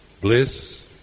bliss